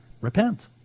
Repent